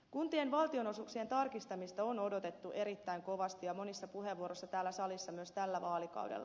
kuntien valtionosuuksien tarkistamista on odotettu erittäin kovasti ja monissa puheenvuoroissa täällä salissa myös tällä vaalikaudella